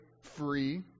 free